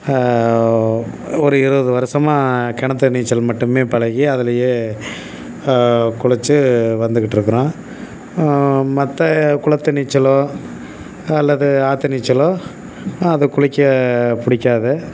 ஒரு இருவது வருஷமா கிணத்து நீச்சல் மட்டுமே பழகி அதுலையே குளிச்சு வந்துக்கிட்டிருக்குறோம் மற்ற குளத்து நீச்சலோ அல்லது ஆற்று நீச்சலோ அதை குளிக்க பிடிக்காது